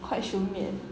快熟面